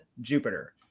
Jupiter